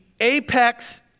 apex